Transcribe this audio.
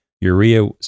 Urea